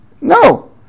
No